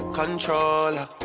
controller